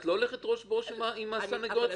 את לא הולכת ראש בראש עם הסנגוריה הציבורית.